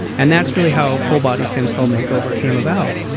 and that's really how full body stem cell makeover came about.